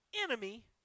enemy